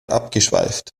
abgeschweift